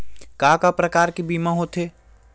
का का प्रकार के बीमा होथे?